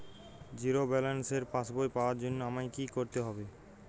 Zero ব্যালেন্সের পাসবই পাওয়ার জন্য আমায় কী করতে হবে?